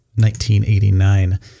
1989